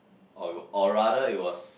or it or rather it was